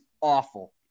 awful